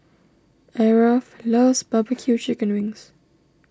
Aarav loves Barbecue Chicken Wings